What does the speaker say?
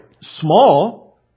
Small